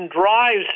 drives